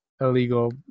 illegal